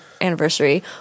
anniversary